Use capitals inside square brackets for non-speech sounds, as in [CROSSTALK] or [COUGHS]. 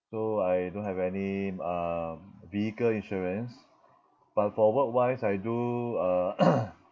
so I don't have any um vehicle insurance but for work wise I do uh [COUGHS]